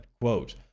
quote